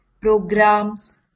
programs